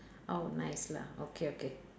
oh nice lah okay okay